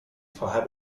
vorher